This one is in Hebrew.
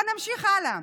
אבל נמשיך הלאה: